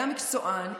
היה מקצוען,